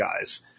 guys